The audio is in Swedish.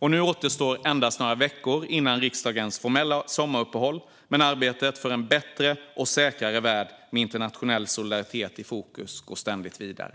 Nu återstår endast några veckor innan vi har riksdagens formella sommaruppehåll, men arbetet för en bättre och säkrare värld med internationell solidaritet i fokus går ständigt vidare.